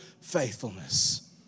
faithfulness